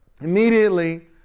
Immediately